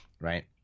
Right